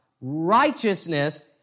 righteousness